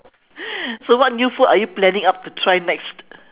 so what new food are you planning up to try next